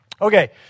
Okay